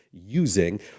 using